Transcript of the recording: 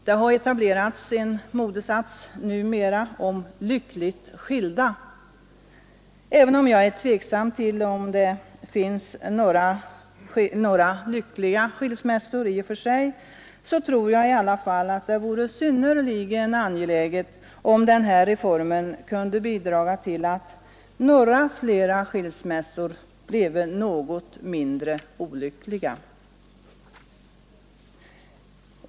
Det har nu Även om jag ställer mig tviv lande till att det finns några ckliga skilsmässor i och för sig, så tror jag i alla fall att det vore synnerligen angeläget om denna reform kunde bidra till att fler skilsmässor blev något mindre olyckliga.